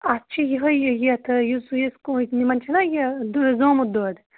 اَتھ چھِ یِہٕے یَتھ یُس کٲنٛسہِ نِمَن چھُنا یہِ زومُت دۄد